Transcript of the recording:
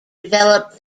developed